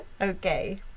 Okay